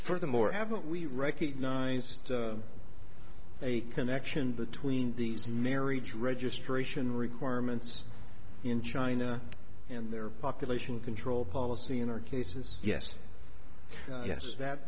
for them or haven't we recognized a connection between these marriage registration requirements in china and their population control policy in their cases yes yes that